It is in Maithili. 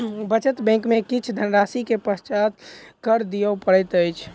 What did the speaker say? बचत बैंक में किछ धनराशि के पश्चात कर दिअ पड़ैत अछि